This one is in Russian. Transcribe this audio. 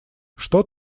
что